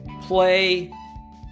play